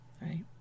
Right